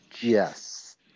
Yes